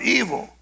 evil